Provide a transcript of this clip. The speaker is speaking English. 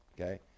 Okay